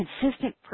consistent